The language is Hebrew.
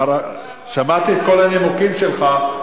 שמעתי את כל הנימוקים שלך,